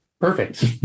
perfect